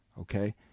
okay